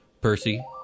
Percy